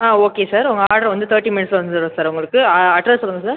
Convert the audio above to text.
ஆ okay sir உங்கள் order வந்து thirty மினிட்ஸ்ஸில் வந்துரும் சார் உங்களுக்கு அட்ரெஸ் சொல்லுங்கள் சார்